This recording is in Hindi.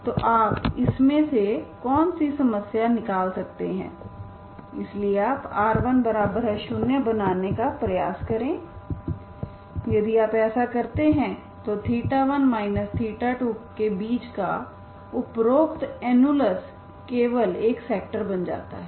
तो आप इसमें से कौन सी समस्याएँ निकाल सकते हैं इसलिए आप r10 बनाने का प्रयास करें यदि आप ऐसा करते हैं तो 1 2केबीच का उपरोक्त अनुलेंस केवल एक सेक्टर बन जाता है